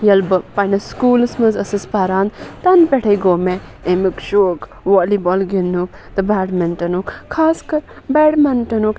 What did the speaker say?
ییٚلہِ بہٕ پَننِس سکوٗلَس منٛز ٲسٕس پَران تَنہٕ پٮ۪ٹھَے گوٚو مےٚ اَمیُک شوق والی بال گِنٛدنُک تہٕ بیڈمِنٹَنُک خاص کَر بیڈمِنٹَنُک